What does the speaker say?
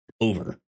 over